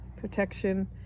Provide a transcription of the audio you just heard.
protection